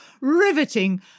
riveting